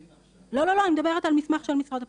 לא, אני מדברת על מסמך של משרד הפנים,